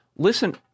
Listen